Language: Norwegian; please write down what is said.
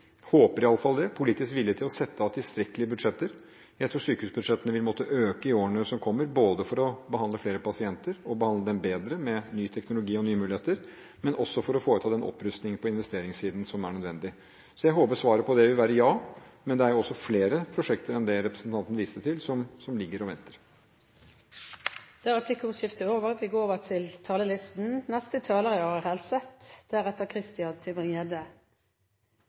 håper i alle fall det – å sette av tilstrekkelige budsjetter. Jeg tror at sykehusbudsjettene vil måtte øke i årene som kommer, både for å behandle flere pasienter og for å behandle dem bedre med ny teknologi og nye muligheter, og for å foreta den opprustingen på investeringssiden som er nødvendig. Så jeg håper at svaret på det vil være ja, men det er jo også flere prosjekter enn de representanten viste til, som ligger og venter. Replikkordskiftet er